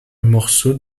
morceau